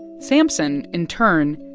sampson, in turn,